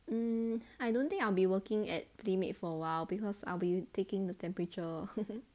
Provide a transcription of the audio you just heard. um I don't think I'll be working at playmade for awhile because I'll be taking the temperature